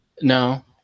No